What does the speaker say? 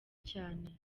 cyane